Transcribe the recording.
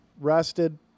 rested